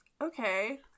Okay